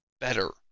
better